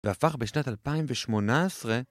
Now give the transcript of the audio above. ‫והפך בשנת 2018...